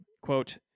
quote